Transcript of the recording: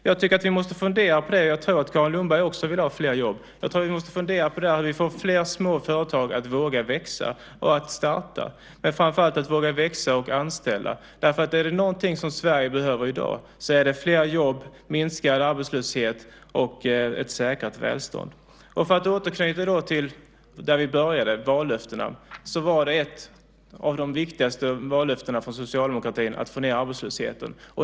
Jag tycker att vi måste fundera på - och jag tror att Carin Lundberg också vill ha fler jobb - hur vi får flera småföretag att våga växa och att starta men framför allt att våga anställa, för är det någonting som Sverige behöver i dag så är det flera jobb, minskad arbetslöshet och ett säkrat välstånd. För att återknyta till där vi började, vallöftena, var ett av de viktigaste vallöftena från socialdemokratin att få ned arbetslösheten.